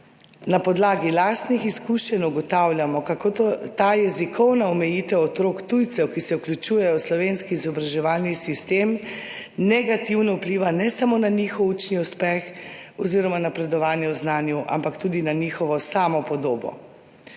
»Na podlagi lastnih izkušenj ugotavljamo, kako ta jezikovna omejitev otrok tujcev, ki se vključujejo v slovenski izobraževalni sistem, negativno vpliva ne samo na njihov učni uspeh oziroma napredovanje v znanju, ampak tudi na njihovo samopodobo.